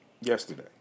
yesterday